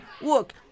Look